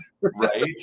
Right